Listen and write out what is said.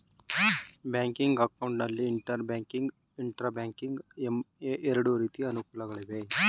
banking account ನಲ್ಲಿ inter banking, intra banking ಎಂಬ ಎರಡು ರೀತಿಯ ಅನುಕೂಲಗಳು ಇವೆ